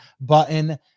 button